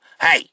hey